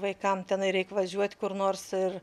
vaikam tenai reik važiuot kur nors ir